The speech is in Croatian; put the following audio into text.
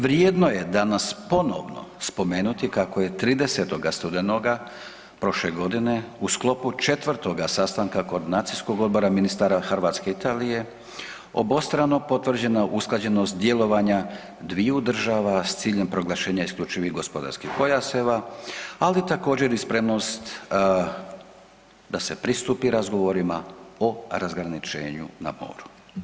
Vrijedno je danas ponovno spomenuti kako je 30. studenoga prošle godine u sklopu 4. sastanka Koordinacijskog odbora ministara Hrvatske i Italije obostrano potvrđena usklađenost djelovanja dviju država s ciljem proglašenja isključivih gospodarskih pojaseva, ali također, i spremnost da se pristupi razgovorima o razgraničenju na moru.